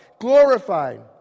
Glorified